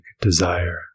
desire